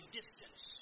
distance